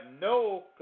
no